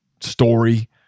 story